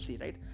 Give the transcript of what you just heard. right